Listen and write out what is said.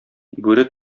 бүре